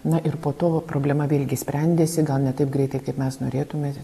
na ir po tavo problema vėlgi sprendėsi gal ne taip greitai kaip mes norėtume